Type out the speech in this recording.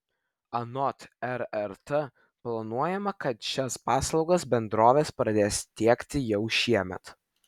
anot rrt planuojama kad šias paslaugas bendrovės pradės teikti jau šiemet